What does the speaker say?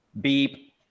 beep